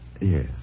Yes